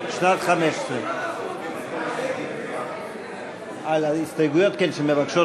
לשנת 2015. כן, על ההסתייגות שמבקשות